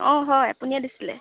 অঁ হয় আপুনিয়ে দিছিলে